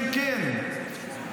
כן, כן.